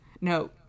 No